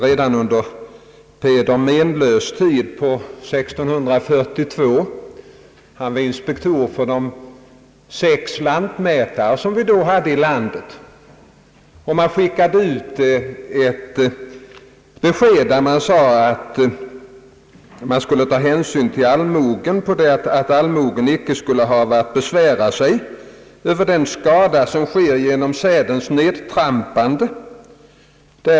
Redan under Peder Menlös” tid som inspektor för de sex lantmätarna här i landet skickade man år 1642 ut ett besked att hänsyn skulle tas till allmogen, på det att allmogen icke skulle hava att besvära sig över den skada som sker genom sädens nedtrampande.